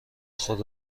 خود